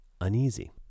uneasy